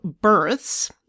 births